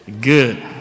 Good